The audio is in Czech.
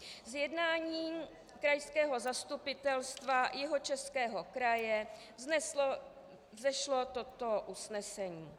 Z jednání krajského Zastupitelstva Jihočeského kraje vzešlo toto usnesení.